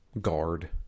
guard